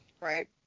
Right